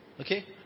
Okay